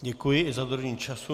Děkuji i za dodržení času.